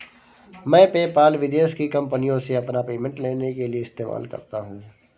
मैं पेपाल विदेश की कंपनीयों से अपना पेमेंट लेने के लिए इस्तेमाल करता हूँ